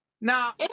Now-